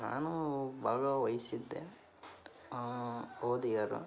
ನಾನೂ ಭಾಗವಹಿಸಿದ್ದೆ ಹೋದ್ ಇಯರು